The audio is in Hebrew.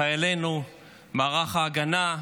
חיילינו, מערך ההגנה,